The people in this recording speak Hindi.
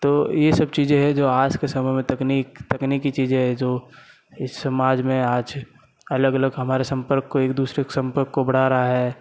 तो यह सब चीजें हैं जो आज की समय में तकनीक तकनीकी चीज़ें है जो इस समाज में आज अलग अलग हमारे संपर्क एक दूसरे को संपर्क को बढ़ा रहा है